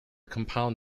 compound